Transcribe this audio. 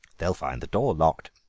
they'll find the door locked,